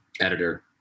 editor